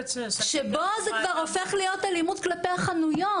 שבו זה כבר הופך להיות אלימות כלפי החנויות.